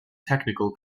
technical